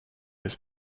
his